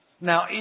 Now